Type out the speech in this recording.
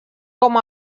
com